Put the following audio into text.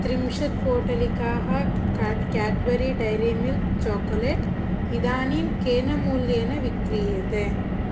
त्रिंशत् पोटलिकाः क क्याड्बरी डैरी मिल्क् चोकोलेट् इदानीं केन मूल्येन विक्रीयते